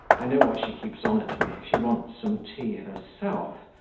i know why she keeps on at me she wants some tea herself.